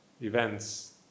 events